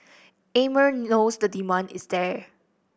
Amer knows the demand is there